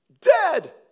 dead